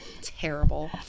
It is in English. Terrible